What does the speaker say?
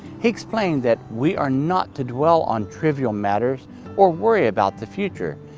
he explained that we are not to dwell on trivial matters or worry about the future,